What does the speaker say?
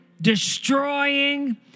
destroying